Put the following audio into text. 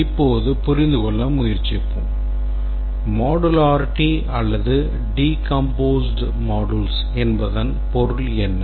இப்போது புரிந்துகொள்ள முயற்சிப்போம் modularity அல்லது decomposed modules என்பதன் பொருள் என்ன